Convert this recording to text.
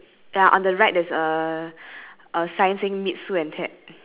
that one both of us is the same lah that one is the same so we cannot circle that goat we only can circle